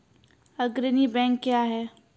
अग्रणी बैंक क्या हैं?